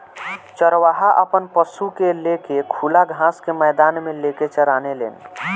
चरवाहा आपन पशु के ले के खुला घास के मैदान मे लेके चराने लेन